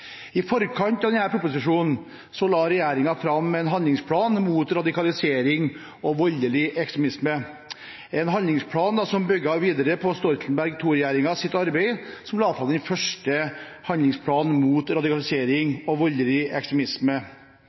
I forkant av denne proposisjonen la regjeringen fram en handlingsplan mot radikalisering og voldelig ekstremisme, en handlingsplan som bygget videre på arbeidet til Stoltenberg II-regjeringen, som la fram den første handlingsplanen mot radikalisering og voldelig ekstremisme.